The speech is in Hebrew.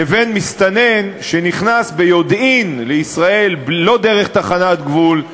לבין מסתנן שנכנס ביודעין לישראל שלא דרך תחנת גבול,